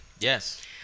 Yes